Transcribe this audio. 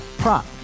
prop